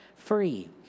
Free